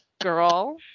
girl